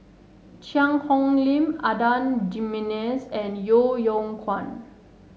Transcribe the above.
Cheang Hong Lim Adan Jimenez and Yeo Yeow Kwang